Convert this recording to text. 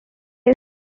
all